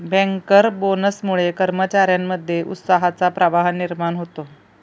banker बोनसमुळे कर्मचार्यांमध्ये उत्साहाचा प्रवाह निर्माण होतो